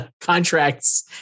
contracts